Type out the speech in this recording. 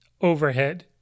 Overhead